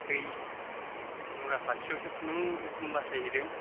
दै मुरा खाथियावसो खुनुरुखुम बासायहैदों